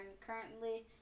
currently